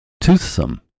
toothsome